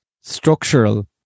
structural